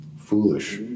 foolish